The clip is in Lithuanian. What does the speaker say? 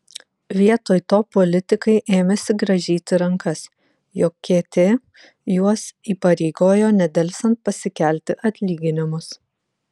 vietoj to politikai ėmėsi grąžyti rankas jog kt juos įpareigojo nedelsiant pasikelti atlyginimus